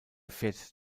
fährt